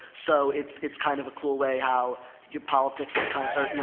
so, it's, it's kind of a cool way how your politics is kind, or, you